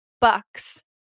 bucks